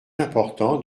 important